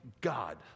God